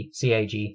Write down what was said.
CAG